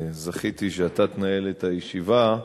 זכיתי שאתה תנהל את הישיבה,